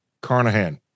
Carnahan